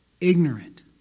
ignorant